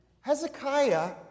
Hezekiah